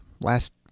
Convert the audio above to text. last